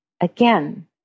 Again